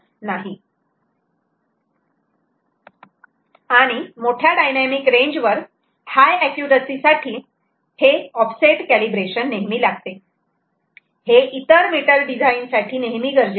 आणि मोठ्या dynamic range वर हाय अॅक्युरॅसी साठी ऑफसेट कॅलिब्रेशन नेहमी लागते हे इतर मीटर डिझाईन साठी नेहमी गरजेचे नाही